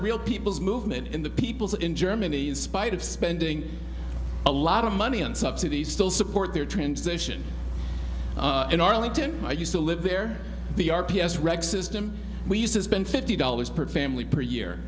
real people's movement and the people in germany in spite of spending a lot of money on subsidies still support their transition in arlington i used to live there the r p s rex system we used to spend fifty dollars per family per year